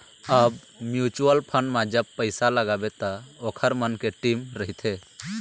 अब mutual fund म जब पइसा लगाबे त ओखर मन के टीम रहिथे